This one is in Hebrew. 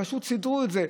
פשוט סידרו את זה.